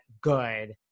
good